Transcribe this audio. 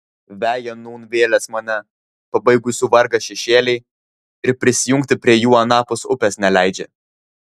veja nūn vėlės mane pabaigusių vargą šešėliai ir prisijungti prie jų anapus upės neleidžia